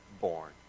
born